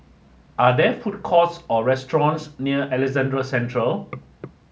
are there food courts or restaurants near Alexandra Central